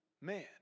man